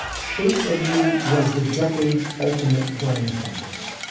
shape of you was the decades ultimate brain fungus.